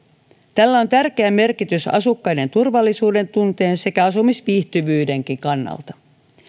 tällä on tärkeä merkitys asukkaiden turvallisuudentunteen sekä asumisviihtyvyydenkin kannalta